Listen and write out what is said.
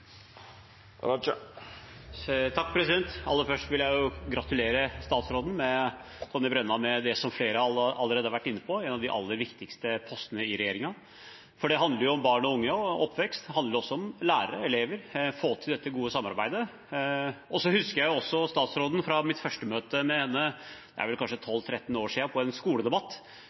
Aller først vil jeg gratulere statsråd Tonje Brenna med det som flere allerede har vært inne på: en av de aller viktigste postene i regjeringen. For den handler om barn og unge og oppvekst, og den handler også om lærere, elever og å få til dette gode samarbeidet. Jeg husker statsråden fra mitt første møte med henne på en skoledebatt – det er vel kanskje tolv–tretten år